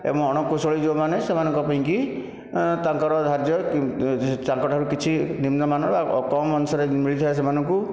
ଏବଂ ଅଣ କୌଶଳୀ ଯେଉଁମାନେ ସେମାନଙ୍କ ପାଇଁକି ତାଙ୍କର ଧାର୍ଯ୍ୟ କି ଯେ ତାଙ୍କଠାରୁ କିଛି ନିମ୍ନମାନର ଆଉ କମ୍ ଅନୁସାରେ ମିଳିଥାଏ ସେମାନଙ୍କୁ